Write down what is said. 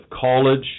college